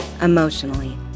emotionally